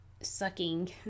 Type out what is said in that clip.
sucking